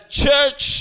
church